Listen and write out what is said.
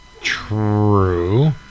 True